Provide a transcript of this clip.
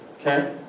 Okay